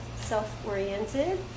self-oriented